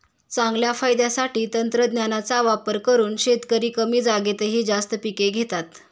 चांगल्या फायद्यासाठी तंत्रज्ञानाचा वापर करून शेतकरी कमी जागेतही जास्त पिके घेतात